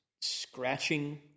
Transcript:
scratching